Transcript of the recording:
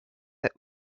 that